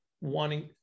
wanting